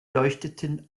leuchteten